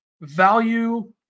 value